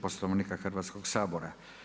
Poslovnika Hrvatskoga sabora.